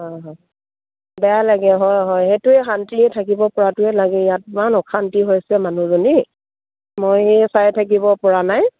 অঁ হয় বেয়া লাগে হয় হয় সেইটোৱে শান্তিয়ে থাকিব পৰাটোৱে লাগে ইয়াত ইমান অশান্তি হৈছে মানুহজনী মই চাই থাকিব পৰা নাই